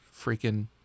freaking